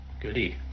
goody